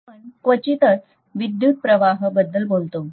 आपण क्वचितच विद्युत प्रवाहबद्दल बोलतो